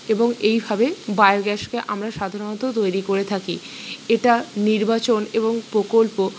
এবং এইভাবে বায়োগ্যাসকে আমরা সাধারণত তৈরি করে থাকি এটা নির্বাচন এবং প্রকল্প